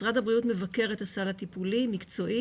משרד הבריאות מבקר את הסל הטיפולי מקצועית,